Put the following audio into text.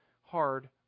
hard